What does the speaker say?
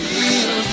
Feel